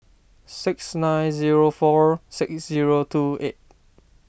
six nine zero four six zero two eight